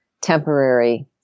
temporary